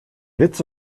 witz